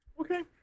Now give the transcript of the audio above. Okay